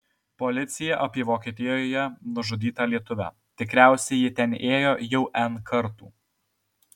policija apie vokietijoje nužudytą lietuvę tikriausiai ji ten ėjo jau n kartų